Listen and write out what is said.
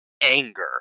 anger